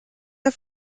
der